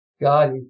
God